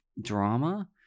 drama